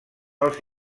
els